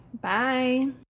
Bye